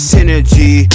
Synergy